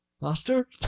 Master